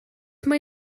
mae